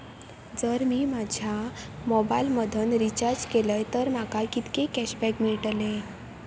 जर मी माझ्या मोबाईल मधन रिचार्ज केलय तर माका कितके कॅशबॅक मेळतले?